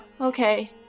okay